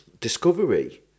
Discovery